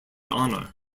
honor